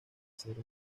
ser